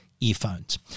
earphones